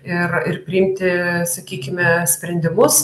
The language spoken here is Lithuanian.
ir ir priimti sakykime sprendimus